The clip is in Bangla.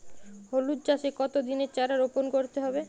হলুদ চাষে কত দিনের চারা রোপন করতে হবে?